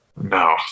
no